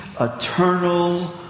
eternal